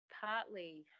partly